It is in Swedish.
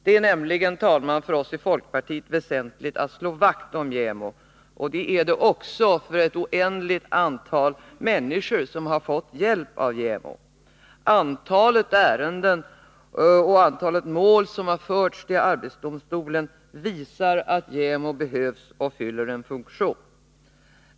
Det är nämligen, herr talman, för oss i folkpartiet väsentligt att slå vakt om JämO, och det är det också för ett oändligt antal människor som har fått hjälp av JämO. Antalet ärenden och mål som har förts till arbetsdomstolen visar att JämO behövs och fyller en funktion.